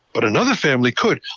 but another family could.